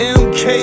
mk